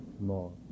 more